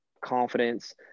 confidence